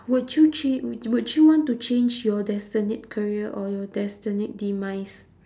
would you cha~ wou~ would you want to change your destined career or destined demise